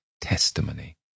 testimony